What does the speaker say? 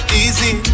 easy